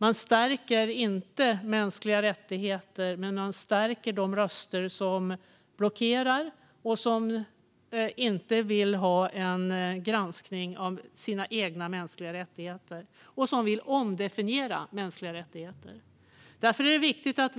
Man stärker inte mänskliga rättigheter, utan man stärker de röster som blockerar, inte vill ha en granskning av de mänskliga rättigheterna i de egna länderna och vill omdefiniera mänskliga rättigheter. Därför är det viktigt att